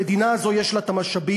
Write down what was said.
המדינה הזאת, יש לה את המשאבים.